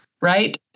right